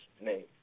name